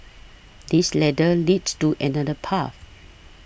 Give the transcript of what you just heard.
this ladder leads to another path